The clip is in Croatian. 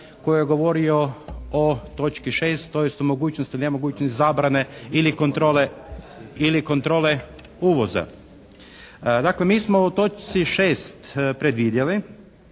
koji je govorio o točki 6., tj., o mogućnosti, nemogućnosti, zabrane ili kontrole uvoza. Dakle, mi smo u točci 6. predvidjeli,